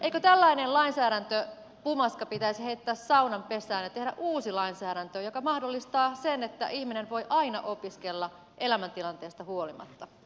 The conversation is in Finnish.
eikö tällainen lainsäädäntöpumaska pitäisi heittää saunan pesään ja tehdä uusi lainsäädäntö joka mahdollistaa sen että ihminen voi aina opiskella elämäntilanteesta huolimatta